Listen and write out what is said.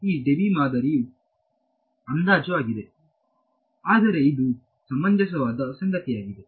ಆದ್ದರಿಂದ ಈ ಡೆಬಿ ಮಾದರಿಯು ಅಂದಾಜು ಆಗಿದೆ ಆದರೆ ಇದು ಸಮಂಜಸವಾದ ಸಂಗತಿಯಾಗಿದೆ